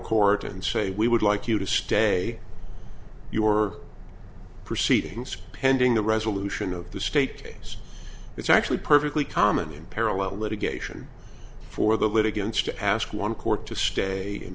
court and say we would like you to stay your proceedings pending the resolution of the state case it's actually perfectly common in parallel litigation for the litigants to ask one court to stay in